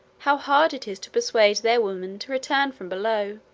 how hard it is to persuade their women to return from below.